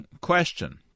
question